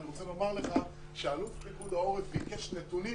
אני רוצה לומר לך שכאשר אלוף פיקוד העורף ביקש נתונים